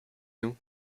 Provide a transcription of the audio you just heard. nous